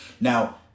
Now